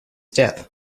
death